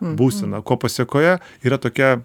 būseną ko pasekoje yra tokia